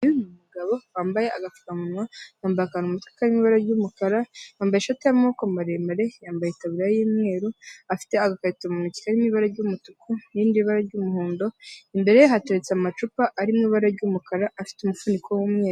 Uyu ni umugabo wambaye agapfukamunwa, yambaye akanu k'umutwe kari mu bara ry'umukara, yambaye ishati y'amaboko maremare, yambaye itaburiya y'umweru, afite agakarito mu ntoki kari mu ibara ry'umutuku n'irindi bara ry'umuhondo, imbere ye hateritse amacupa arimo ibara ry'umukara afite umufuniko w'umweru.